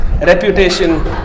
Reputation